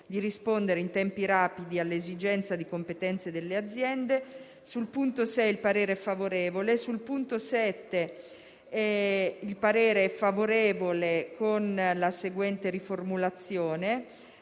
di rispondere in tempi rapidi all'esigenza di competenze delle aziende». Il parere è favorevole sul punto 6. Sul punto 7 il parere è favorevole con la seguente riformulazione: